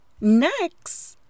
Next